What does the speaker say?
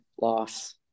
loss